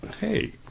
hey